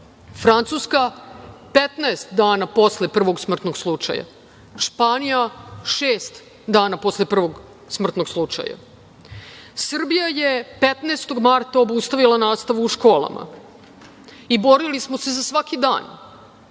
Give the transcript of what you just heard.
Francuska 15 dana posle prvog smrtnog slučaja, Španija šest dana posle prvog smrtnog slučaja. Srbija je 15. marta obustavila nastavu u školama i borili smo se za svaki dan,